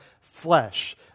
flesh